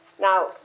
Now